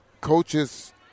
coaches